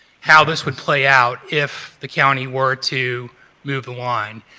how this would play out. if the county were to move the line.